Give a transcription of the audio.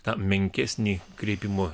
tą menkesnį kreipimo